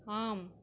ஆம்